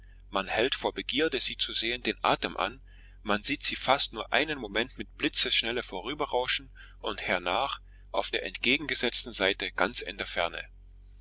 man hält vor begierde sie zu sehen den atem an man sieht sie fast nur einen moment mit blitzesschnelle vorüberrauschen und hernach auf der entgegengesetzten seite ganz in der ferne